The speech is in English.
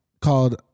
called